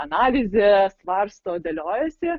analizę svarsto dėliojasi